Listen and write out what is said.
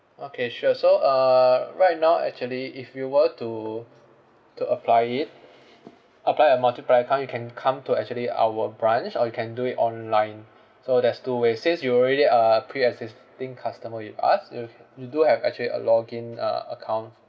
okay sure so uh right now actually if you were to to apply it apply a multiplier account you can come to actually our branch or you can do it online so there's two ways since you already a pre-existing customer with us if you do have actually a login uh account